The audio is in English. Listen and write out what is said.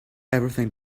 everything